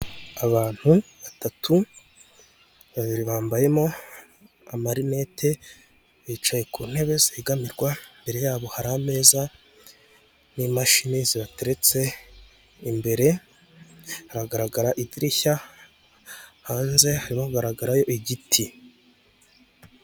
Abantu batatu, babiri bambayemo amarinete bicaye ku ntebe zegamirwa, imbere yabo hari ameza n'imashini zibateretse imbere, hagaragara idirishya hanze hagaragarayo igiti.